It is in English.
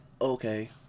okay